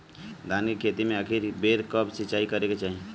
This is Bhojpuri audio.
धान के खेती मे आखिरी बेर कब सिचाई करे के चाही?